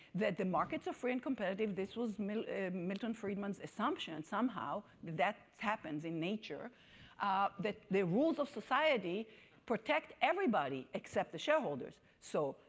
that the markets are free and competitive. this was milton milton friedman's assumption somehow that happens in nature that the rules of society protect everybody except the shareholders. so,